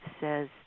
says